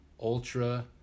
Ultra